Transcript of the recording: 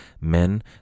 men